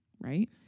Right